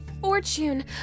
fortune